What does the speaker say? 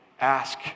ask